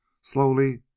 slowly